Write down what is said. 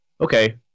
okay